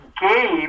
Gabe